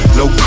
no